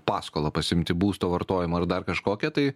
paskolą pasiimti būsto vartojimo ir dar kažkokią tai